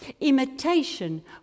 Imitation